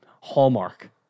Hallmark